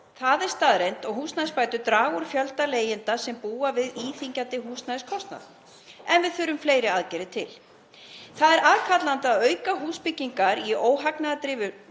það er staðreynd, og húsnæðisbætur draga úr fjölda leigjenda sem búa við íþyngjandi húsnæðiskostnað. En við þurfum fleiri aðgerðir til. Það er aðkallandi að auka húsbyggingar í óhagnaðardrifnu